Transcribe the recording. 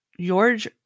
George